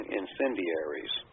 incendiaries